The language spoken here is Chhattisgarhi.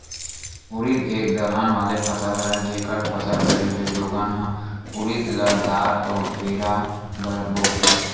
उरिद एक दलहन वाले फसल हरय, जेखर फसल करे ले लोगन ह उरिद ल दार अउ बेरा बर बउरथे